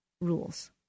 rules